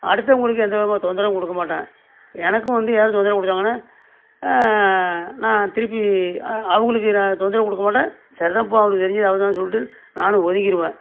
அடுத்தவங்களுக்கு எந்தவிதத் தொந்தரவும் கொடுக்கமாட்டேன் எனக்கும் வந்து யாராவது தொந்தரவுக் கொடுத்தாங்கன்னா நான் திருப்பி அ அவங்களுக்கு நான் தொந்தரவுக் கொடுக்கமாட்டேன் சரிதான் போ அவங்களுக்கு தெரிஞ்சது அவ்வளோதான் சொல்லிட்டு நானும் ஒதுங்கிடுவேன்